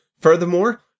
Furthermore